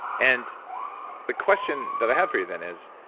and the question that i have for you, then, is